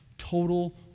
Total